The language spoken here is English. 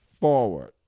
forward